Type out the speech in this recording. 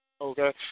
Okay